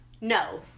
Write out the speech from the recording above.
no